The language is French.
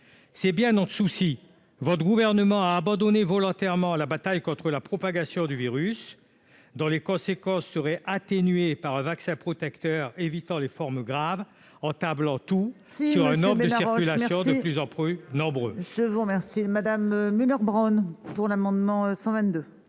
d'État : votre gouvernement a abandonné volontairement la bataille contre la propagation du virus, dont les conséquences seraient atténuées par un vaccin protecteur évitant les formes graves, en misant tout sur une circulation de plus en plus importante